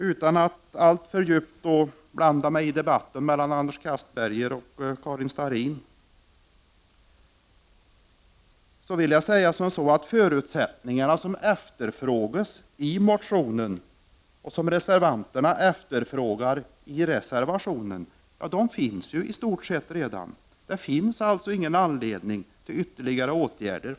Utan att blanda mig alltför mycket i debatten mellan Anders Castberger och Karin Starrin kan jag tala om att de förutsättningar som efterfrågas i en motion till riksdagen och de förutsättningar som reservanterna efterfrågar redan i stort sett finns. Riksdagen har alltså ingen anledning att vidta ytterligare åtgärder.